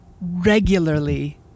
regularly